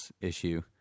issue